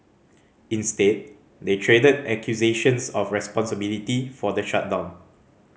instead they traded accusations of responsibility for the shutdown